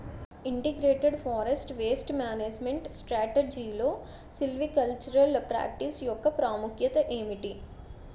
Integrated forest pest management స్ట్రాటజీలో silvicultural practice యెక్క ప్రాముఖ్యత ఏమిటి??